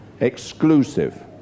exclusive